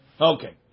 Okay